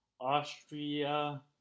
Austria